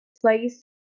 place